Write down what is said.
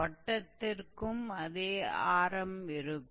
வட்டத்திற்கும் அதே ஆரம் இருக்கும்